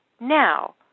now